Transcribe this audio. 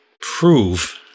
prove